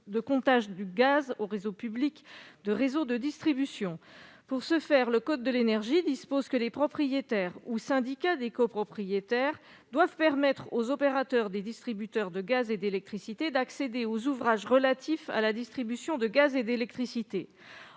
de comptage de gaz au réseau public de distribution. À cette fin, le code de l'énergie disposerait que les propriétaires ou syndicats des copropriétaires doivent permettre aux opérateurs des distributeurs de gaz et d'électricité d'accéder aux ouvrages relatifs à la distribution de gaz et d'électricité.